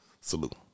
Salute